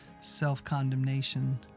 self-condemnation